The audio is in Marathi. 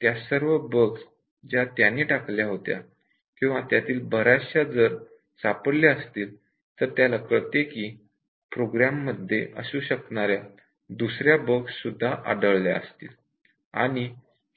त्या सर्व बग्स ज्या त्याने टाकल्या होत्या किंवा त्यातील बऱ्याचशा जर आढळल्या असतील तर त्याला कळते की प्रोग्राम मध्ये असू शकणाऱ्या दुसऱ्या बग्ससुद्धा आढळल्या असतील आणि